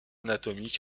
anatomiques